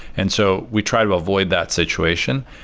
and so we tried to avoid that situation.